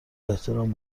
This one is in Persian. احترام